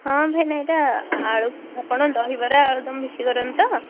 ହଁ ଭାଇନା ଏଇଟା ଆପଣ ଦହିବରା ଆଳୁଦମ୍ ବିକ୍ରି କରନ୍ତି ତ